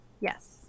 Yes